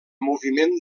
moviment